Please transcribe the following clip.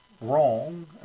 wrong